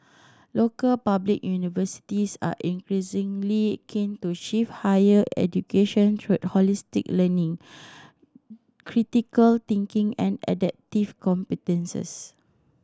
local public universities are increasingly keen to shift higher education holistic learning critical thinking and adaptive competences